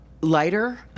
lighter